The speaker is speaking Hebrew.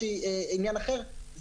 שהיא עניין אחר,